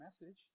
message